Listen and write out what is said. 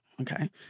okay